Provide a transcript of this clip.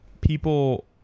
people